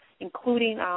including